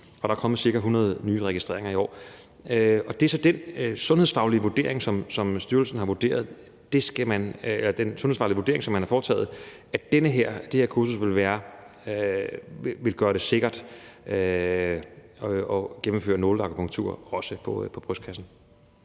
og der er kommet ca. 100 nye registreringer i år. Den sundhedsfaglige vurdering, som man har foretaget, er, at det her kursus vil gøre det sikkert at foretage nåleakupunktur også på brystkassen.